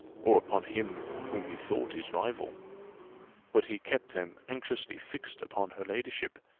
or upon him whom he thought his rival but he kept them anxiously fixed upon her ladyship,